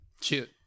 Shoot